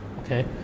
Okay